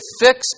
fix